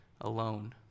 alone